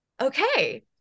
okay